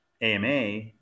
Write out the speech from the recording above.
AMA